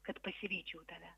kad pasivyčiau tave